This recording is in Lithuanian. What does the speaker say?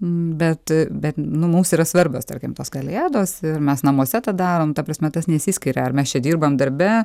bet bet nu mums yra svarbios tarkim tos kalėdos ir mes namuose tą darom ta prasme tas nesiskiria ar mes čia dirbam darbe